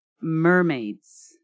mermaids